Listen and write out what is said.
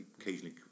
occasionally